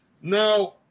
Now